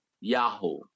Yahoo